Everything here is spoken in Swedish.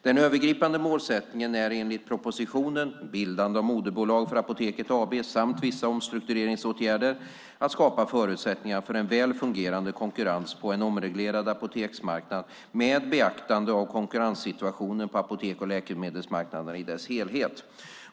Den övergripande målsättningen är enligt propositionen Bildande av moderbolag för Apoteket AB samt vissa omstruktureringsåtgärder att skapa förutsättningar för en väl fungerande konkurrens på en omreglerad apoteksmarknad med beaktande av konkurrenssituationen på apoteks och läkemedelsmarknaderna i deras helhet.